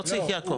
לא צריך.